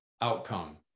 outcome